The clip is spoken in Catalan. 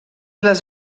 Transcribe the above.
les